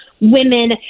women